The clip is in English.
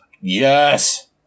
Yes